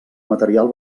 material